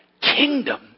kingdom